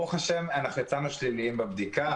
ברוך השם יצאנו שליליים בבדיקה.